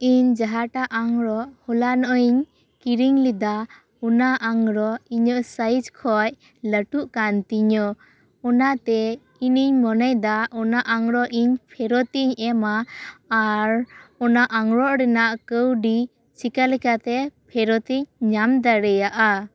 ᱤᱧ ᱡᱟᱦᱟᱴᱟᱜ ᱟᱝᱨᱚᱵ ᱦᱚᱞᱟᱱᱚᱜ ᱤᱧ ᱠᱤᱨᱤᱧ ᱞᱮᱫᱟ ᱚᱱᱟ ᱟᱝᱨᱚᱵ ᱤᱧᱟᱹᱜ ᱥᱟᱭᱤᱡᱽ ᱠᱷᱚᱱ ᱞᱟᱹᱴᱩᱜ ᱠᱟᱱ ᱛᱤᱧᱟᱹ ᱚᱱᱟᱛᱮ ᱤᱧᱤᱧ ᱢᱚᱱᱮᱭᱮᱫᱟ ᱚᱱᱟ ᱟᱝᱨᱚᱵ ᱤᱧ ᱯᱷᱮᱨᱚᱛᱤᱧ ᱮᱢᱟ ᱟᱨ ᱚᱱᱟ ᱟᱝᱨᱚᱵ ᱨᱮᱱᱟᱜ ᱠᱟᱹᱣᱰᱤ ᱪᱮᱠᱟᱞᱮᱠᱟᱛᱮ ᱯᱷᱮᱨᱚᱛᱤᱧ ᱧᱟᱢ ᱫᱟᱲᱮᱭᱟᱜᱼᱟ